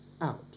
out